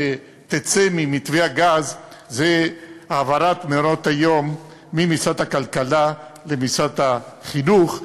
שתצא ממתווה הגז היא העברת מעונות-היום ממשרד הכלכלה למשרד החינוך.